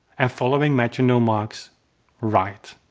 and following metronome marks right.